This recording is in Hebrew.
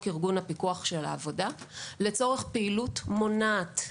ארגון הפיקוח של העבודה לצורך פעילות מונעת,